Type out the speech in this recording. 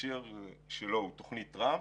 ההקשר שלו הוא תוכנית טראמפ,